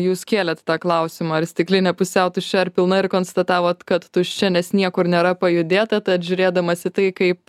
jūs kėlėt tą klausimą ar stiklinė pusiau tuščia ar pilna ir konstatavot kad tuščia nes niekur nėra pajudėta tad žiūrėdamas į tai kaip